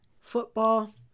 football